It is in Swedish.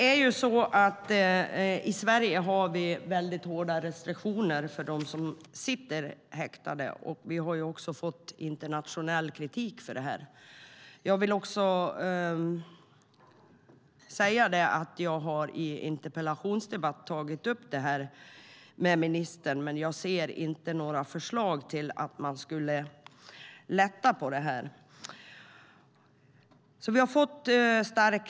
I Sverige har vi hårda restriktioner för dem som sitter häktade, och vi har fått internationell kritik för det. Jag har i en interpellationsdebatt tagit upp detta med ministern, men jag ser inga förslag om att man ska lätta på detta.